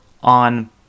on